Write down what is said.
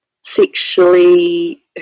sexually